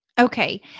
Okay